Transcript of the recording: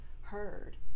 heard